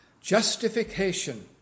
justification